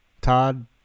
Todd